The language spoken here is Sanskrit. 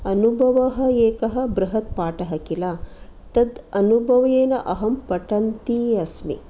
अनुभवः एकः बृहत् पाठः खिल तत् अनुभवेन अहं पठन्ती अस्मि